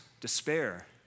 despair